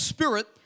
Spirit